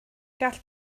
gall